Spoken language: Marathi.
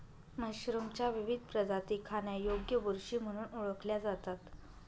मशरूमच्या विविध प्रजाती खाण्यायोग्य बुरशी म्हणून ओळखल्या जातात